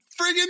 friggin